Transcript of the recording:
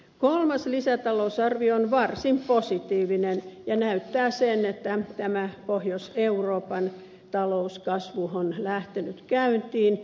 kolmas lisätalousarvio on varsin positiivinen ja näyttää sen että tämä pohjois euroopan talouskasvu on lähtenyt käyntiin